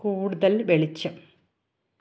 കൂടുതൽ വെളിച്ചം